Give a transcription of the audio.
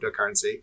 cryptocurrency